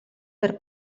per